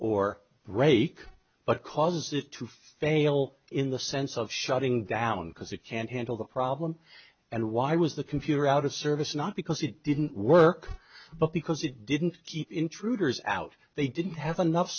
or rake but causes it to fail in the sense of shutting down because it can't handle the problem and why was the computer out of service not because it didn't work but because it didn't intruders out they didn't have enough